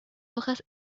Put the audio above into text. hojas